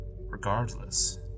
Regardless